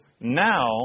now